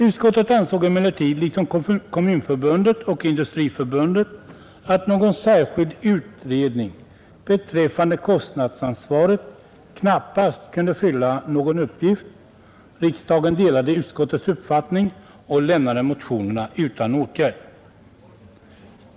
Utskottet ansåg emellertid, liksom Svenska kommunförbundet och Industriförbundet, att någon särskild utredning beträffande kostnadsansvaret knappast kunde fylla någon uppgift. Riksdagen delade utskottets uppfattning och lämnade motionerna utan åtgärd.